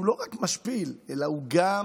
הוא לא רק משפיל, אלא הוא גם,